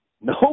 No